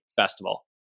festival